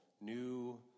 new